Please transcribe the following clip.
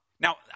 Now